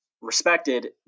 respected